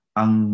ang